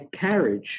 carriage